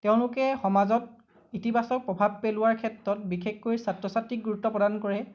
তেওঁলোকে সমাজত ইতিবাচক প্ৰভাৱ পেলোৱাৰ ক্ষেত্ৰত বিশেষকৈ ছাত্ৰ ছাত্ৰীক গুৰুত্ব প্ৰদান কৰে